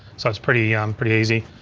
so it's pretty um pretty easy,